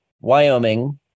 Wyoming